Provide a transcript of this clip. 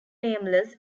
nameless